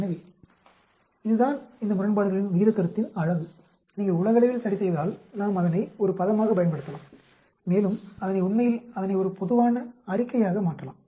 எனவே இதுதான் இந்த முரண்பாடுகளின் விகிதக் கருத்தின் அழகு நீங்கள் உலகளவில் சரிசெய்தால் நாம் அதனை ஒரு பதமாகப் பயன்படுத்தலாம் மேலும் அதனை உண்மையில் அதனை ஒரு பொதுவான அறிக்கையாக மாற்றலாம்